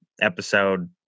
episode